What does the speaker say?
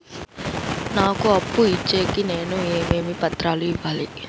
నాకు అప్పు ఇచ్చేకి నేను ఏమేమి పత్రాలు ఇవ్వాలి